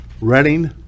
Reading